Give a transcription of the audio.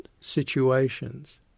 situations